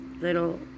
Little